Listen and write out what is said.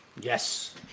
Yes